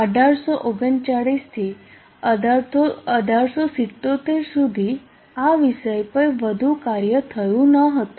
1839 થી 1877 સુધી આ વિષય પર વધુ કાર્ય થયું ન હતું